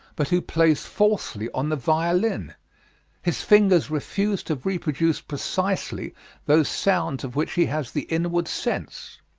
but who plays falsely on the violin his fingers refuse to reproduce precisely those sounds of which he has the inward sense.